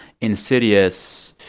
insidious